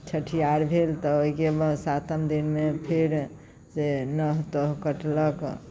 छठियार भेल तऽ ओहिके बाद सातम दिनमे फेरसँ नह तह कटलक